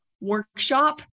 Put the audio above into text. workshop